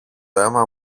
αίμα